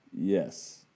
Yes